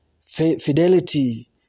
fidelity